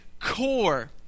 core